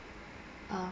err